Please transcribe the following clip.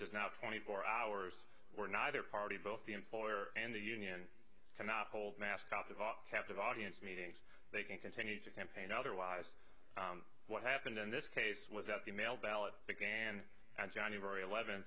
is now twenty four hours or neither party both the employer and the union cannot hold mascots of up captive audience meetings they can continue to campaign otherwise what happened in this case was that the mail ballots began on january eleven